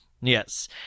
Yes